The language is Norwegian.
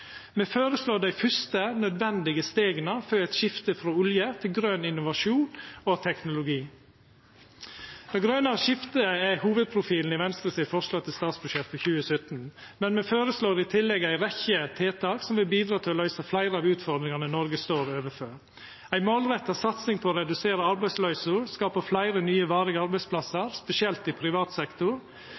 Me føreslår dei fyrste, nødvendige stega for eit skifte frå olje til grøn innovasjon og teknologi. Det grøne skiftet er hovudprofilen i Venstres forslag til statsbudsjett for 2017, men me føreslår i tillegg ei rekkje tiltak som vil bidra til å løysa fleire av utfordringane Noreg står overfor: ei målretta satsing på å redusera arbeidsløysa og skapa fleire nye, varige arbeidsplassar, spesielt i privat sektor.